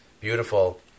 beautiful